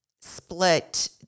split